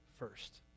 first